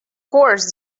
course